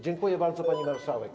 Dziękuję bardzo, pani marszałek.